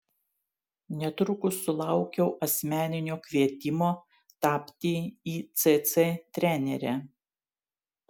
netrukus sulaukiau asmeninio kvietimo tapti icc trenere